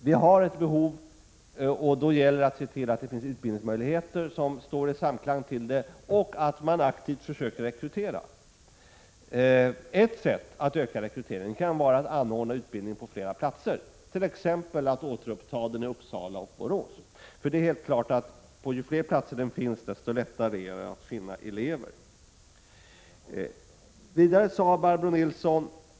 Vi har ett behov och då gäller det att se till att skaffa utbildningsmöjligheter som står i samklang med detta behov och att man aktivt försöker rekrytera. Ett sätt att öka rekryteringen kan vara att anordna utbildning på fler platser, t.ex. återuppta utbildning i Uppsala och Borås. Det är ju helt klart att på ju fler platser en utbildning finns, desto lättare är det att finna elever.